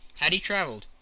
had he travelled?